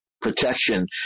protection